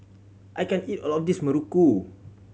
I can't eat all of this Muruku